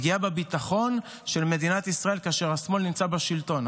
פגיעה בביטחון של מדינת ישראל כאשר השמאל נמצא בשלטון,